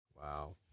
Wow